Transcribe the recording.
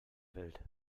welt